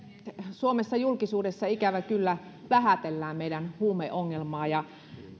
suomessa julkisuudessa ikävä kyllä vähätellään meidän huumeongelmaa ja